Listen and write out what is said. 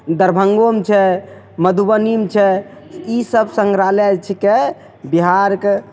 दरभंगोमे छै मधुबनीमे छै इसब संग्रहालय छिकै बिहारके